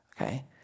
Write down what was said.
okay